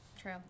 True